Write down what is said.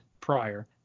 prior